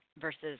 versus